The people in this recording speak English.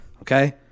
Okay